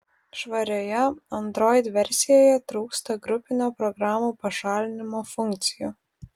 švarioje android versijoje trūksta grupinio programų pašalinimo funkcijų